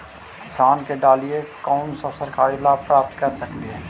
किसान के डालीय कोन सा सरकरी लाभ प्राप्त कर सकली?